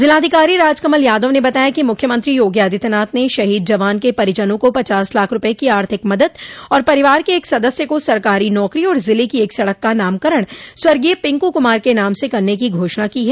जिलाधिकारी राज कमल यादव ने बताया कि मुख्यमंत्री योगी आदित्यनाथ ने शहीद जवान के परिजनों को पचास लाख रूपये की आर्थिक मदद और परिवार के एक सदस्य को सरकारी नौकरी और जिले की एक सड़क का नामकरण स्वर्गीय पिंकू कुमार के नाम से करने की घोषणा की है